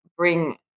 Bring